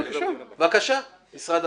רק שמך, לפרוטוקול.